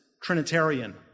Trinitarian